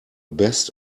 best